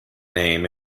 name